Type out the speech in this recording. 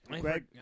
Greg